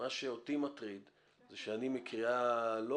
מה שאותי מטריד זה שאני מקריאה לא